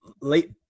late